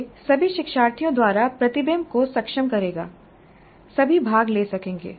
यह सभी शिक्षार्थियों द्वारा प्रतिबिंब को सक्षम करेगा सभी भाग ले सकेंगे